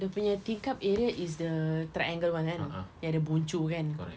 dia punya tingkap area is the triangle [one] kan yang ada bucu kan